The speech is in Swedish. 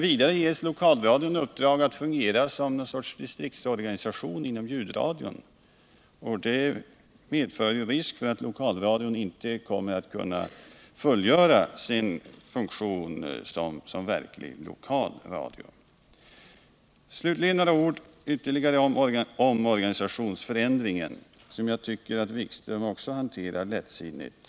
Lokalradion ges också i uppdrag att fungera som någon sorts distriktsorganisation inom ljudradion, och det medför risk för att lokalradion inte kommer att kunna fullgöra sin funktion som verkligt lokal radio. Slutligen ytterligare några ord om organisationsförändringen, en fråga som jag också tycker att Jan-Erik Wikström hanterar lättsinnigt.